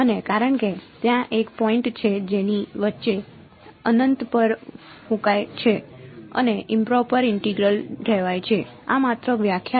અને કારણ કે ત્યાં એક પોઈન્ટ છે જેની વચ્ચે અનંત પર ફૂંકાય છે આને ઇમપ્રોપર ઇન્ટેગ્રલ કહેવાય છે આ માત્ર વ્યાખ્યા છે